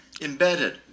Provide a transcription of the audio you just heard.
embedded